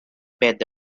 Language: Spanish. verde